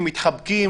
תבואי לסיור ותראי.